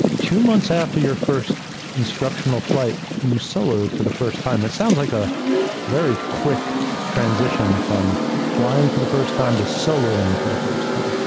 two months after your first instructional flight, you soloed for the first time. that sounds like a very quick transition from flying for the first time to soloing for the first time.